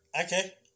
okay